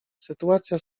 sytuacja